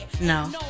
No